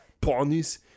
ponies